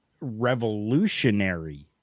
revolutionary